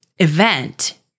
event